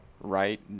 right